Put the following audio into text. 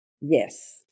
Yes